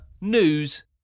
news